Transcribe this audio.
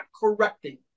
correcting